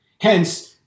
Hence